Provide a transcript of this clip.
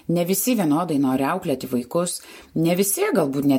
ne visi vienodai nori auklėti vaikus ne visi galbūt ne